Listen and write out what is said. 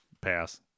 Pass